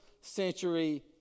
century